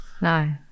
No